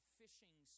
fishing